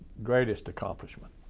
greatest accomplishment?